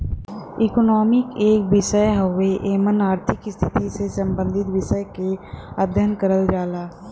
economics एक विषय हउवे एमन आर्थिक स्थिति से सम्बंधित विषय क अध्ययन करल जाला